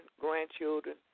grandchildren